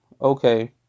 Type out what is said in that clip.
okay